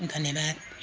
धन्यवाद